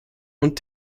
und